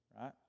Right